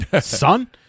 son